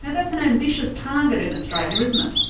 and that's an ambitious target in australia, isn't it?